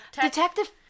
Detective